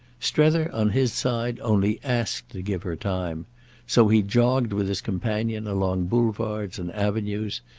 strether, on his side, only asked to give her time so he jogged with his companion along boulevards and avenues,